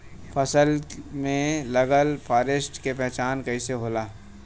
फसल में लगल फारेस्ट के पहचान कइसे होला?